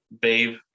Babe